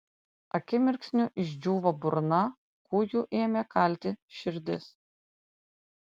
akimirksniu išdžiūvo burna kūju ėmė kalti širdis